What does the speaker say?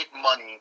money